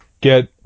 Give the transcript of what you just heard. get